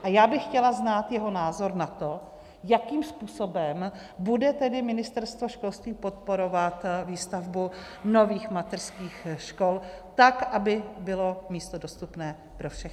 A já bych chtěla znát jeho názor na to, jakým způsobem bude tedy Ministerstvo školství podporovat výstavbu nových mateřských škol, tak aby bylo místo dostupné pro všechny.